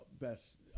best